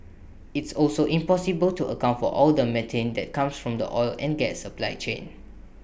it's also impossible to account for all the methane that comes from the oil and gas supply chain